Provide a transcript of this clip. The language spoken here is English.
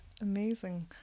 amazing